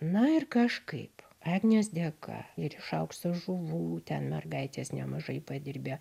na ir kažkaip agnės dėka ir iš aukso žuvų ten mergaitės nemažai padirbėjo